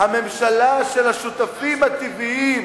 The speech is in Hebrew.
הממשלה של השותפים הטבעיים,